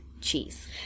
cheese